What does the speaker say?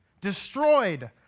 destroyed